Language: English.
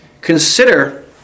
Consider